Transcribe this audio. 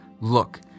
Look